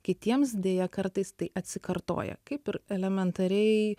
kitiems deja kartais tai atsikartoja kaip ir elementariai